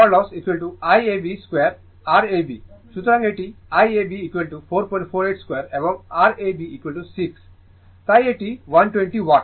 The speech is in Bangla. সুতরাং এটি Iab448 2 এবং R ab6 তাই এটি 120 ওয়াট